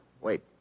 wait